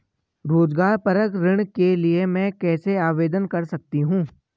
रोज़गार परक ऋण के लिए मैं कैसे आवेदन कर सकतीं हूँ?